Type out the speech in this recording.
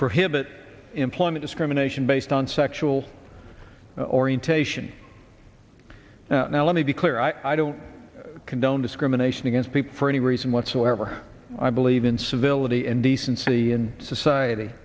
prohibit employment discrimination based on sexual orientation now let me be clear i don't condone discrimination against people for any reason whatsoever i believe in civility and decency in society